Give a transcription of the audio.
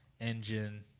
engine